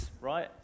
right